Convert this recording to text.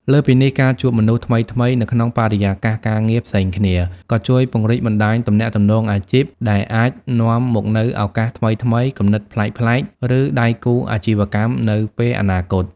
លើសពីនេះ ការជួបមនុស្សថ្មីៗនៅក្នុងបរិយាកាសការងារផ្សេងគ្នា ក៏ជួយពង្រីកបណ្តាញទំនាក់ទំនងអាជីព ដែលអាចនាំមកនូវឱកាសថ្មីៗ គំនិតប្លែកៗ ឬដៃគូអាជីវកម្មនៅពេលអនាគត។